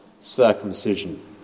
circumcision